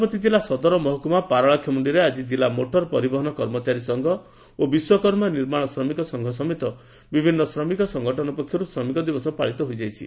ଗଜପତି ଜିଲ୍ଲା ସଦର ମହକୁମା ପାରଳାଖେମୁଖିରେ ଆକି ଜିଲ୍ଲ ମୋଟର ପରିବହନ କର୍ମଚାରୀ ସଂଘ ଓ ବିଶ୍ୱକର୍ମା ନିର୍ମାଣ ଶ୍ରମିକ ସଂଘ ସମେତ ବିଭିନ୍ନ ଶ୍ରମିକ ସଙ୍ଗଠନ ପକ୍ଷରୁ ଶ୍ରମିକ ଦିବସ ପାଳିତ ହୋଇଯାଇଛି